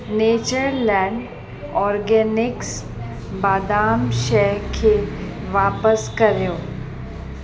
Natureland Organics बादाम शइ खे वापसि कयो